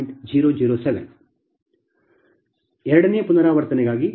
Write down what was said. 007 ಎರಡನೇ ಪುನರಾವರ್ತನೆಗಾಗಿ Δ5068